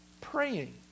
praying